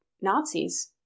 Nazis